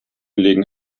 legen